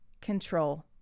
control